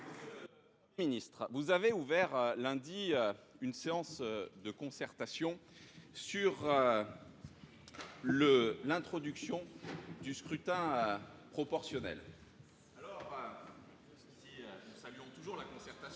Premier ministre, vous avez ouvert lundi une séance de concertation sur l'introduction du scrutin proportionnel. Alors, nous savions toujours la concertation.